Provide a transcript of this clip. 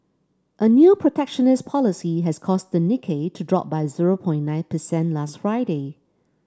a new protectionist policy has caused the Nikkei to drop by zero point nine percent last Friday